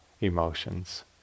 emotions